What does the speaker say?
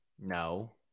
No